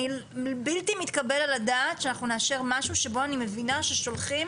בלתי מתקבל על הדעת שאנחנו נאשר משהו שבו אני מבינה ששולחים